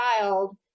child